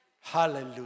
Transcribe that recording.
Hallelujah